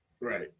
Right